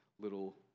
little